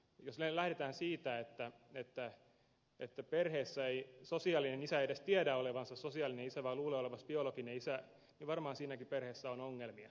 jos lähdetään siitä että perheessä sosiaalinen isä ei edes tiedä olevansa sosiaalinen isä vaan luulee olevansa biologinen isä niin varmaan siinäkin perheessä on ongelmia